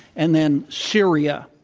and then, syria.